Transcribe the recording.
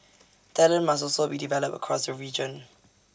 talent must also be developed across the region